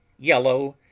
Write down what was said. yellow,